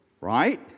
right